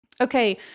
Okay